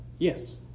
Yes